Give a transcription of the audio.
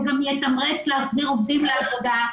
הוא גם יתמרץ להחזיר עובדים לעבודה.